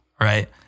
right